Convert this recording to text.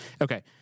Okay